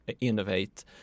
innovate